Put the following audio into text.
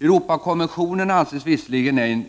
Europakonventionen anses visserligen ej